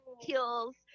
heels